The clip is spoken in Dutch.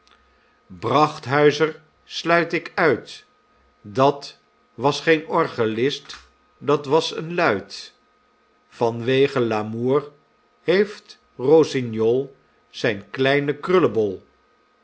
brachthuizer sluit ik uit dat was geen orgelist dat was een luit van wege l'amour heeft rossignol zijn kleinen krullebol